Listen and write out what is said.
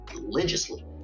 religiously